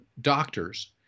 doctors